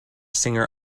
singer